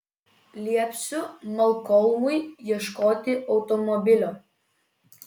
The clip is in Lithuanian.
liepsiu malkolmui ieškoti automobilio